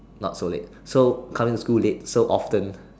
not so late so coming to school late so often